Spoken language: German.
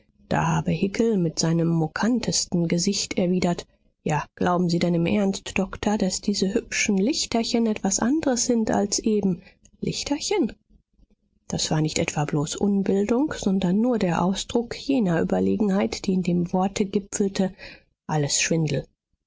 da habe hickel mit seinem mokantesten gesicht erwidert ja glauben sie denn im ernst doktor daß diese hübschen lichterchen etwas andres sind als eben lichterchen das war nicht etwa bloß unbildung sondern nur der ausdruck jener überlegenheit die in dem worte gipfelte alles schwindel